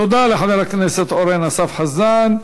תודה לחבר הכנסת אורן אסף חזן.